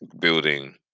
building